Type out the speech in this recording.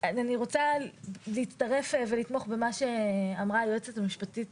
אני רוצה להצטרף ולתמוך במה שאמרה היועצת המשפטית